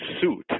suit